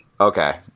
Okay